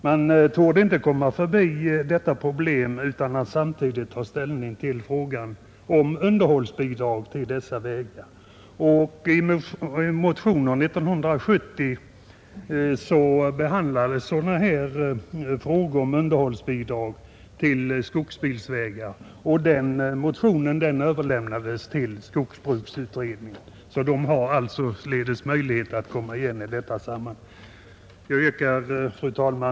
Man torde inte komma förbi detta problem utan att samtidigt ta ställning till frågan om underhållsbidrag till dessa vägar. I en motion 1970 behandlades frågor om underhållsbidrag till skogsbilvägar, och den motionen överlämnades till skogsbruksutredningen, som således har möjlighet att komma igen i detta sammanhang. Fru talman!